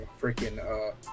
freaking